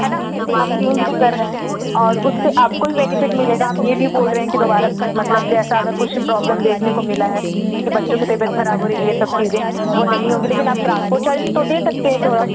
है ना हम चेंज भी कर रहे हैं और उससे आपको ही बेनिफ़िट मिलेगा हम यह भी बोल रहें हैं कि दुबारा मतलब जैसा अगर कुछ प्रोब्लम देखने को मिला है कि बच्चों की तबियत ख़राब हो रही है यह सब चीज़ें वो नहीं होंगी लेकिन आप ट्रांसपोर्ट चार्जेस तो दे सकते हैं थोड़ा